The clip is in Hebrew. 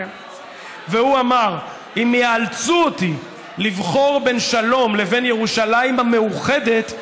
והוא אמר: אם ייאלצו אותי לבחור בין שלום לבין ירושלים המאוחדת,